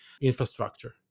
infrastructure